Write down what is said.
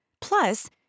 Plus